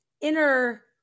inner